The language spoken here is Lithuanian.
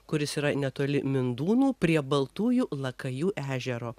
kuris yra netoli mindūnų prie baltųjų lakajų ežero